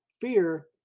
Fear